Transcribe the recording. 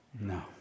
No